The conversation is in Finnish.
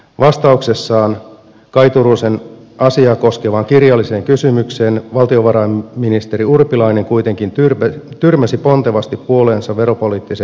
vastauksessaan kaj turusen asiaa koskevaan kirjalliseen kysymykseen valtiovarainministeri urpilainen kuitenkin tyrmäsi pontevasti puolueensa veropoliittisen ohjelman ideat